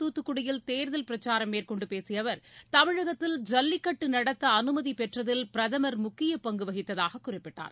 துத்துக்குடியில் கேர்கல் பிரச்சாரம் மேற்கொண்டுபேசியஅவர் தமிழகத்தில் நேற்று ஜல்லிக்கட்டுநடத்தஅனுமதிபெற்றதில் பிரதமர் முக்கியபங்குவகித்ததாககுறிப்பிட்டார்